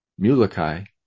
Mulekai